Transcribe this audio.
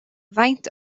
faint